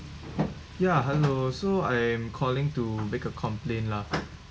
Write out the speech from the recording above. ya hello so I am calling to make a complaint lah